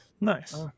Nice